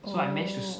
oh